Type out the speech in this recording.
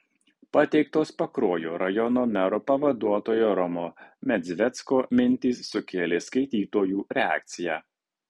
pateiktos pakruojo rajono mero pavaduotojo romo medzvecko mintys sukėlė skaitytojų reakciją